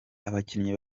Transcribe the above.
abakinnyi